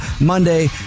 Monday